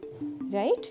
right